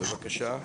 בבקשה.